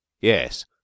Yes